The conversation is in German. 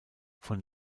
von